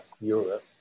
Europe